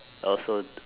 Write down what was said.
also